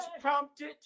prompted